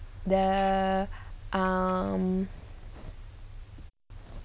the mmhmm